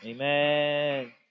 Amen